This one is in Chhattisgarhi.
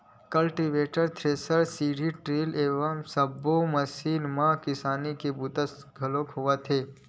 कल्टीवेटर, थेरेसर, सीड ड्रिल ए सब्बो मसीन म किसानी के बूता घलोक होवत हे